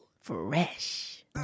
Fresh